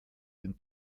den